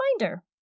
reminder